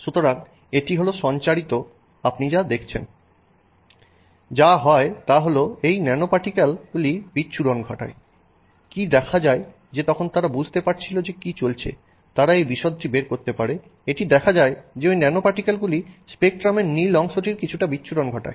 সুতরাং এটি হলো সঞ্চারিত আপনি দেখছেন যা হয় তা হলএই ন্যানোপার্টিকেল গুলি বিচ্ছুরণ ঘটায় কি দেখা যায় যে যখন তারা বুঝতে পারছিল যে কি চলছে তারা এই বিশদটি বের করতে পারে এটি দেখা যায় যে ওই ন্যানোপার্টিকেলগুলি স্পেকট্রামের নীল অংশটির বিচ্ছুরণ ঘটায়